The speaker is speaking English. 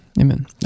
amen